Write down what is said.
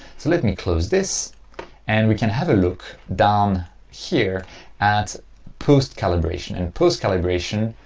so let me close this and we can have a look down here at post calibration. and post calibration.